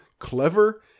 clever